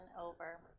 over